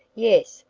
yes.